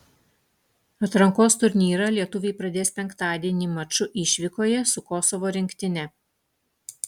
atrankos turnyrą lietuviai pradės penktadienį maču išvykoje su kosovo rinktine